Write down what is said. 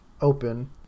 open